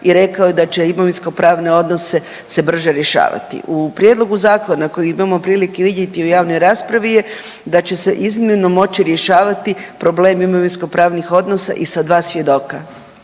i rekao je da će imovinsko-pravne odnose se brže rješavati. U prijedlogu zakona koji imamo prilike vidjeti u javnoj raspravi je da će se iznimno moći rješavati problem imovinsko-pravnih odnosa i sa 2 svjedoka,